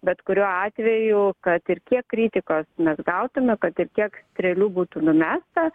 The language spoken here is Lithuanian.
bet kuriuo atveju kad ir kiek kritikos mes gautume kad ir kiek strėlių būtų numesta